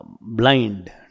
blind